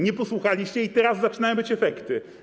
Nie posłuchaliście i teraz zaczynają być efekty.